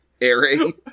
airing